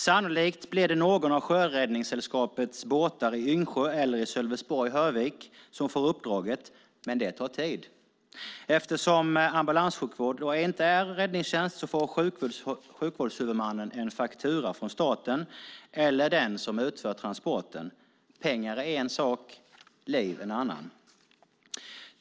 Sannolikt blir det någon av Sjöräddningssällskapets båtar i Yngsjö eller i Sölvesborg/Hörvik som får uppdraget. Men det tar tid. Eftersom ambulanssjukvård inte är räddningstjänst får sjukvårdshuvudmannen en faktura från staten eller den som utför transporten. Pengar är en sak, liv en annan.